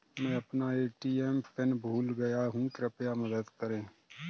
मैं अपना ATM pin भूल गया हूँ, कृपया मदद करें